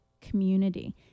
community